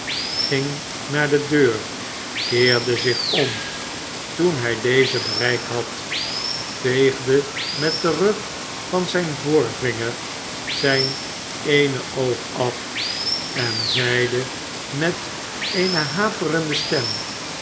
ging naar de deur keerde zich om toen hij deze bereikt had veegde met den rug van zijn voorvinger zijn dene oog af en zeide met eene haperende stem